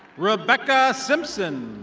rebecca simpson.